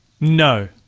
No